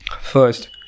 first